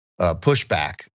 pushback